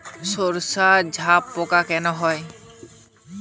সর্ষায় জাবপোকা কেন হয়?